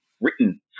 written